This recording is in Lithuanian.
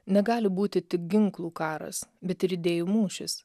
negali būti tik ginklų karas bet ir idėjų mūšis